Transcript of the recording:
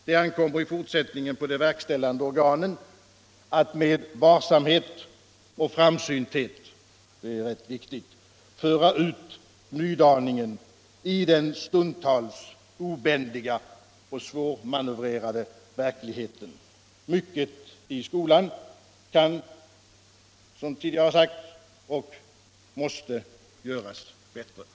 Det ankommer i fortsättningen på de verkställande organen att med varsamhet och framsynthet — det är rätt viktigt — föra ut nydaningen i den stundtals obändiga och svårmanövrerade verkligheten. Mycket i skolan kan — som tidigare har sagts — och måste göras bättre.